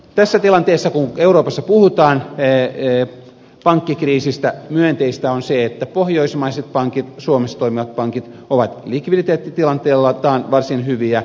tässä tilanteessa kun euroopassa puhutaan pankkikriisistä myönteistä on se että pohjoismaiset pankit suomessa toimivat pankit ovat likviditeettitilanteeltaan varsin hyviä